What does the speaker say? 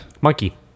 Monkey